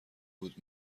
بود